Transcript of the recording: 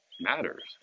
matters